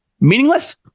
meaningless